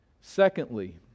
Secondly